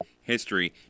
history